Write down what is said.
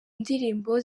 ndirimbo